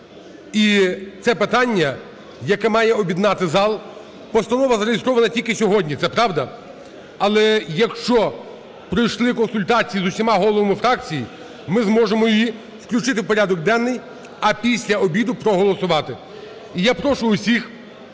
і це питання, яке має об'єднати зал, постанова зареєстрована тільки сьогодні, це правда. Але, якщо пройшли консультації з усіма головами фракцій, ми зможемо її включити в порядок денний, а після обіду проголосувати, і я прошу всіх